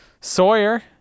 Sawyer